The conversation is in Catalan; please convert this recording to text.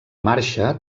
marxa